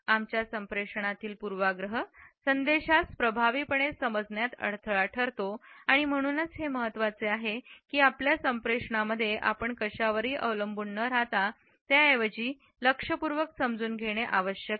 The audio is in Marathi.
आमच्या संप्रेषणातील पूर्वाग्रह संदेशास प्रभावीपणे समजण्यात अडथळा ठरतो आणि म्हणूनच हे महत्वाचे आहे की आपल्या संप्रेषणामध्ये आपण कशावरही अवलंबून न राहाता त्याऐवजी लक्षपूर्वक समजून घेणे आवश्यक आहे